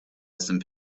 some